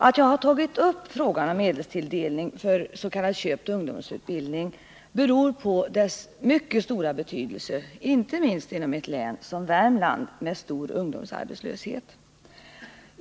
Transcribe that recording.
Att jag har tagit upp frågan om medelstilldelning för s.k. köpt ungdomsutbildning beror på dess mycket stora betydelse — inte minst inom ett län som Värmlands med stor ungdomsarbetslöshet.